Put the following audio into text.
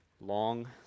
long